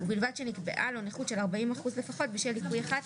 ובלבד שנקבעה לו נכות של 40% לפחות בשל ליקוי אחד,